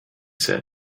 said